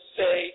say